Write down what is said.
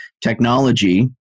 technology